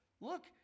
Look